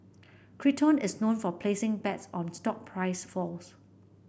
Citron is known for placing bets on stock price falls